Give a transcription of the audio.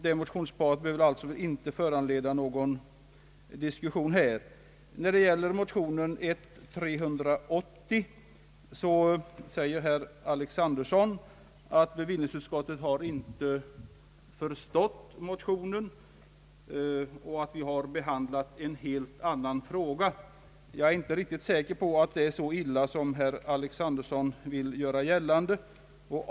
Det motionsparet behöver alltså inte föranleda någon diskussion här. När det gäller motionen I: 380 säger herr Alexanderson att bevillningsutskottet inte har förstått motionen och att vi har behandlat en: helt annan fråga. ee | Jag är inte riktigt säker på att det är så illa som herr Alexanderson vill göra gällande.